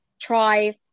try